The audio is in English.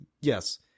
Yes